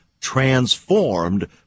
transformed